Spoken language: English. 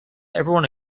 everyone